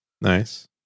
Nice